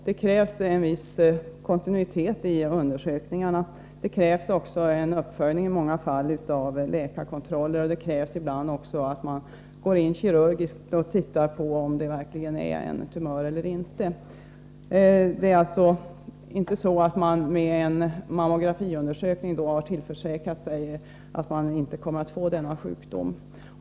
Det krävs en viss kontinuitet i undersökningarna, det krävs i många fall en uppföljning med läkarkontroller och det krävs ibland att man går in kirurgiskt för att se om det verkligen är en tumör. Det är alltså inte så att man med en mammografiundersökning har tillförsäkrat sig att man inte kommer att få denna sjukdom.